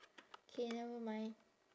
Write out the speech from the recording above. K never mind